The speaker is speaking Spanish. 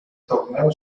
torneo